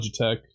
Logitech